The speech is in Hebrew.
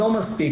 לא מספיק,